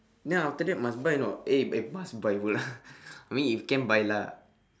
then after that must buy or not eh eh must buy pula I mean if can buy lah